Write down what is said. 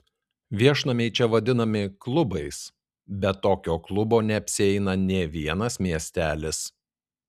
viešnamiai čia vadinami klubais be tokio klubo neapsieina nė vienas miestelis